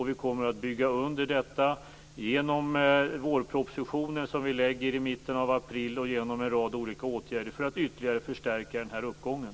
Vi kommer att bygga under detta genom vårpropositionen som vi lägger i mitten av april, och genom en rad olika åtgärder, för att ytterligare förstärka uppgången.